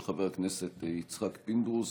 של חבר הכנסת יצחק פינדרוס,